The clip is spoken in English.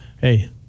hey